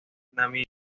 namibia